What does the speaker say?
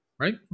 right